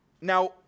Now